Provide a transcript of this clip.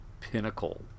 pinnacle